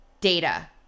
data